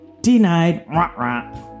denied